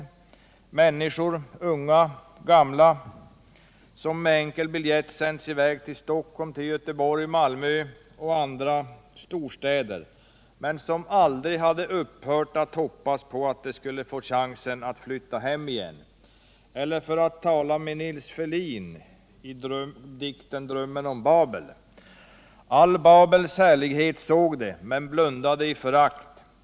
Det var människor, unga och gamla, som med enkel biljett sänts iväg till Stockholm, Göteborg, Malmö och andra storstäder, men som aldrig upphört att hoppas på att de skulle få chansen att Nytta hem igen. Eller för att tala med Nils Ferlin i ”Drömmen i Babel”: All Babels härlighet såg de men blundade i förakt.